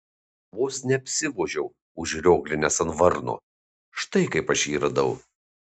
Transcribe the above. vos neapsivožiau užrioglinęs ant varno štai kaip aš jį radau